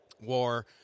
War